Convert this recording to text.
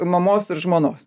mamos ir žmonos